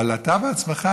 אבל אתה בעצמך,